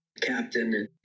captain